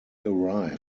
arrived